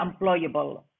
employable